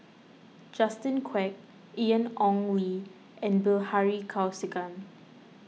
Justin Quek Ian Ong Li and Bilahari Kausikan